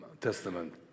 Testament